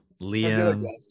Liam